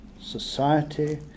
society